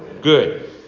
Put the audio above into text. Good